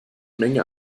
menge